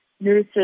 nurses